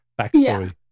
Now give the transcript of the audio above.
backstory